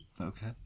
Okay